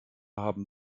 haben